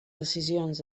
decisions